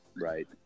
right